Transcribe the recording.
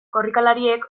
korrikalariek